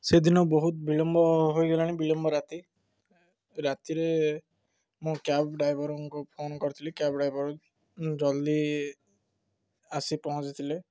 ସେଦିନ ବହୁତ ବିଳମ୍ବ ହୋଇଗଲାଣି ବିଳମ୍ବ ରାତି ରାତିରେ ମୁଁ କ୍ୟାବ୍ ଡ୍ରାଇଭରଙ୍କୁ ଫୋନ୍ କରିଥିଲି କ୍ୟାବ୍ ଡ୍ରାଇଭର ଜଲ୍ଦି ଆସି ପହଞ୍ଚିଥିଲେ